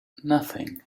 nothing